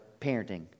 parenting